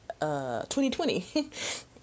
2020